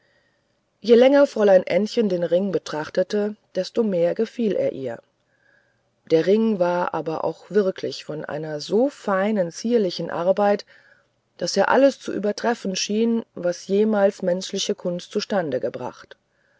je länger fräulein ännchen den ring betrachtete desto mehr gefiel er ihr der ring war aber auch wirklich von so feiner zierlicher arbeit daß er alles zu übertreffen schien was jemals menschliche kunst zustande gebracht